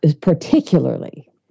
particularly